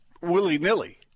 willy-nilly